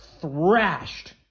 thrashed